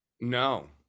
No